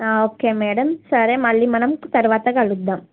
okay madam సరే మళ్ళీ మనం తర్వాత కలుద్దాం